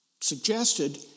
suggested